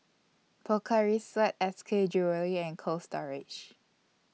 Pocari Sweat S K Jewellery and Cold Storage